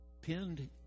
pinned